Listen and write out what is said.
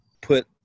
put